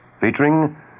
featuring